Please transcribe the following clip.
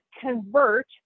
convert